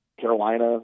Carolina